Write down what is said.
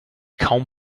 kaum